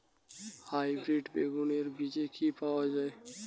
Hybrid বেগুনের বীজ কি পাওয়া য়ায়?